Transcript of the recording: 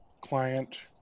client